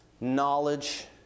knowledge